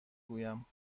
گویم